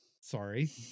sorry